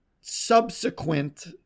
subsequent